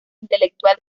intelectual